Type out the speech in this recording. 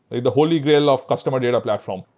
the the holy grail of customer data platform.